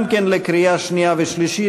גם כן לקריאה שנייה ושלישית.